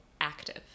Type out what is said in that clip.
active